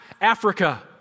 Africa